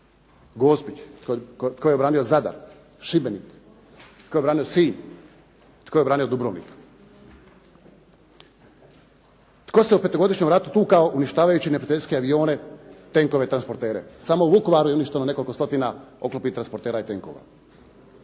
Gospić? Tko je obranio Zadar? Šibenik? Tko je obranio Sinj? Tko je obranio Dubrovnik? Tko se u petogodišnjem ratu tukao uništavao neprijateljske avione, tenkove, transportere? Samo je u Vukovaru uništeno nekoliko stotina oklopnih transportera i tenkova.